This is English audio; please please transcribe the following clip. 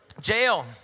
Jail